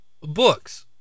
books